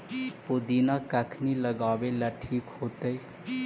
पुदिना कखिनी लगावेला ठिक होतइ?